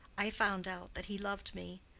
i found out that he loved me,